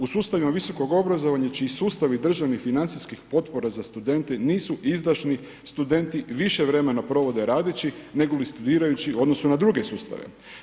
U sustavima visokog obrazovanja čiji sustavi državnih i financijskih potpora za studente nisu izdašni, studenti više vremena provode radeći nego li studirajući u odnosu na druge sustave.